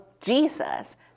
Jesus